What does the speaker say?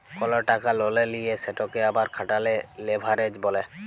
call টাকা ললে লিঁয়ে সেটকে আবার খাটালে লেভারেজ ব্যলে